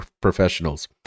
professionals